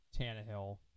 Tannehill